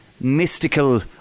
mystical